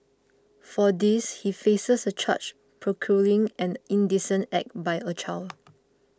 for this he faces a charge procuring an indecent act by a child